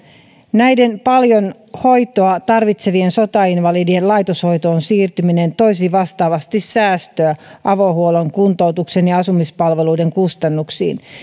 näiden paljon hoitoa tarvitsevien sotainvalidien laitoshoitoon siirtyminen toisi vastaavasti säästöä avohuollon kuntoutuksen ja asumispalveluiden kustannuksiin